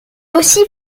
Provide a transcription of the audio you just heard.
aussi